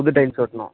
புது டைல்ஸ் ஒட்டணும்